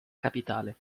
capitale